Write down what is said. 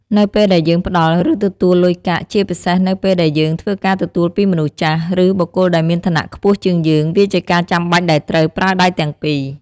នៅពេលដែលយើងផ្តល់ ឬទទួលលុយកាក់ ជាពិសេសនៅពេលដែលយើងធ្វើការទទួលពីមនុស្សចាស់ ឬបុគ្គលដែលមានឋានៈខ្ពស់ជាងយើង វាជាការចាំបាច់ដែលត្រូវប្រើដៃទាំងពីរ។